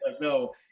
no